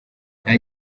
nta